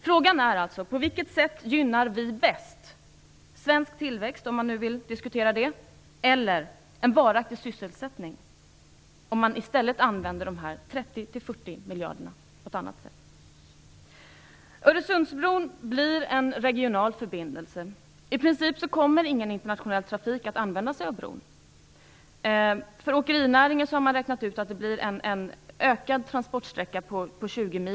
Frågan är alltså: På vilket sätt skall vi använda dessa 30-40 miljarder för att bäst gynna svensk tillväxt, om man nu vill diskutera det, eller en varaktig sysselsättning? Öresundsbron blir en regional förbindelse. I princip kommer ingen internationell trafik att använda sig av bron. Åkerinäringen har räknat ut att det blir en ökad transportsträcka på 20 mil.